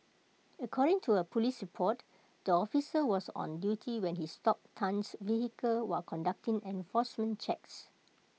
according to A Police port the officer was on duty when he stopped Tan's vehicle while conducting enforcement checks